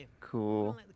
Cool